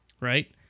right